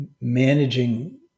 managing